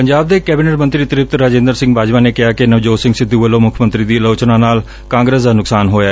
ਪੰਜਾਬ ਦੇ ਕੈਬਿਨਟ ਮੰਤਰੀ ਤ੍ਪਿਤ ਰਾਜਿੰਦਰ ਸਿੰਘ ਬਾਜਵਾ ਨੇ ਕਿਹਾ ਕਿ ਨਵਜੋਤ ਸਿੰਘ ਸਿੱਧੂ ਵੱਲੋਂ ਮੁੱਖ ਮੰਤਰੀ ਦੀ ਆਲੋਚਨਾ ਨਾਲ ਕਾਂਗਰਸ ਦਾ ਨੁਕਸਾਨ ਹੋਇਆ